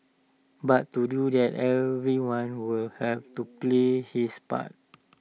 but to do that everyone will have to play his part